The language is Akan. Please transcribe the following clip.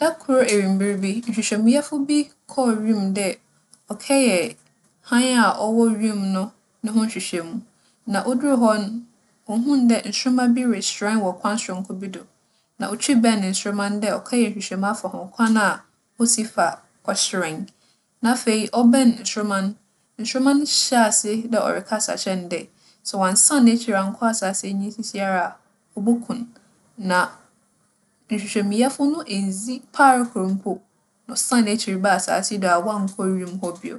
Da kor ewimber bi, nhwehwɛmuyɛfo bi kͻr wimu dɛ ͻkɛyɛ hann a ͻwͻ wimu no no ho nhwehwɛmu. Na oduur hͻ no, ohun dɛ nsoromma bi rehyerɛn wͻ kwan soronko bi do. Na otwiiw bɛɛn nsoromma no dɛ ͻkɛyɛ nhwehwɛmu afa ho, kwan a osi fa ͻhyerɛn. Na afei, ͻbɛɛn nsoromma no, nsoromma no hyɛɛ ase dɛ ͻrekasa akyerɛ no dɛ, sɛ ͻannsan n'ekyir annkͻ asaase enyi seseiara a, oboku no. Na nhwehwɛmuyɛfo no enndzi par kor mpo na ͻsaan n'ekyir baa asaase yi do a ͻannkͻ wimu hͻ bio.